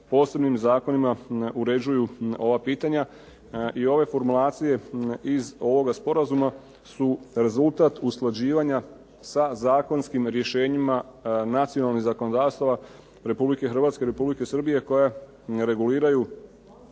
posebnim zakonima uređuju ova pitanja i ove formulacije iz ovoga sporazuma su rezultat usklađivanja sa zakonskim rješenjima nacionalnih zakonodavstava Republike Hrvatske i Republike Srbije koja reguliraju